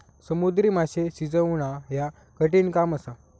समुद्री माशे शिजवणा ह्या कठिण काम असा